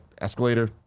escalator